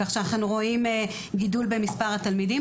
כך שאנחנו רואים גידול במספר התלמידים.